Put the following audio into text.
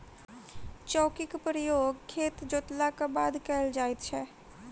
चौकीक प्रयोग खेत जोतलाक बाद कयल जाइत छै